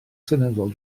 seneddol